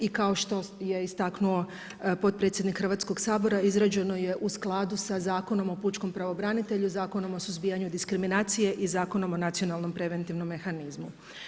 I kao što je istaknuo potpredsjednik Hrvatskog sabora izrađeno je u skladu sa Zakonom o pučkom pravobranitelju, Zakonom o suzbijanju diskriminacije i Zakonom o nacionalnom preventivnom mehanizmu.